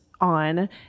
on